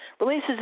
releases